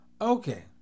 Okay